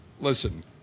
Listen